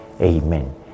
Amen